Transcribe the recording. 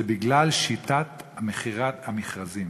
הוא שיטת המכרזים,